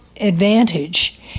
advantage